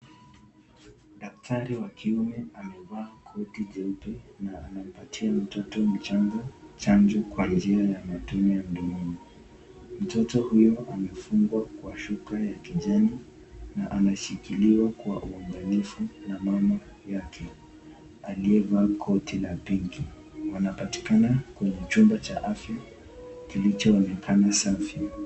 Daktari wa kiume amevaa koti jeupe na anampatia mtoto mchanga chanjo kwa njia ya mdomo. Mtoto huyu anafungwa kwa shuka ya kijani, na ameshikiliwa na uangalifu na mama yake, aliyevaa koti la pink wanapatikana kwenye chumba cha afya kilicho onekana safi.